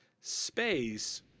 space